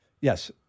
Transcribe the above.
Yes